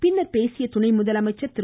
பின்னர் பேசிய துணை முதலமைச்சர் திரு